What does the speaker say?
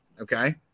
okay